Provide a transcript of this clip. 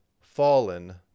fallen